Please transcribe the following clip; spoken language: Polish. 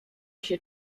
się